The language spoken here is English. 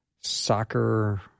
soccer